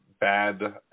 bad